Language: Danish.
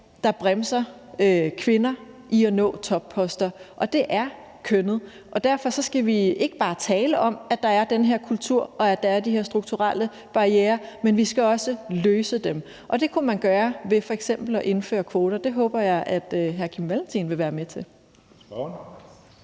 der bremser kvinder i at nå topposter, og det er kønnet. Derfor skal vi ikke bare tale om, at der er den her kultur, og at der er de her strukturelle barrierer, men vi skal også løse dem, og det kunne man gøre ved f.eks. at indføre kvoter. Det håber jeg at hr. Kim Valentin vil være med til.